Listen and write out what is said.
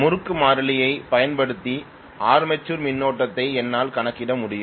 முறுக்கு மாறிலியைப் பயன்படுத்தி ஆர்மேச்சர் மின்னோட்டத்தை என்னால் கணக்கிட முடியும்